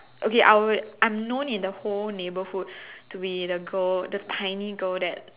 okay I I'm known in the whole neighborhood to be the girl the tiny girl that